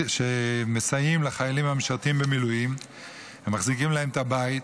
שמסייעות לחיילים המשרתים במילואים ומחזיקות להם את הבית,